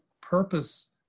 purpose